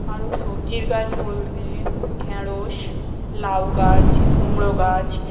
আরও সবজির গাছ বলতে ঢেঁড়শ লাউ গাছ কুমড়ো গাছ